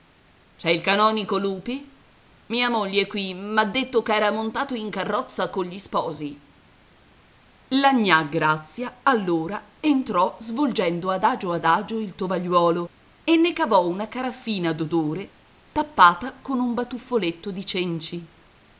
c'è il canonico lupi mia moglie qui m'ha detto ch'era montato in carrozza cogli sposi la gnà grazia allora entrò svolgendo adagio adagio il tovagliuolo e ne cavò una caraffina d'acqua d'odore tappata con un batuffoletto di cenci